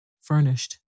furnished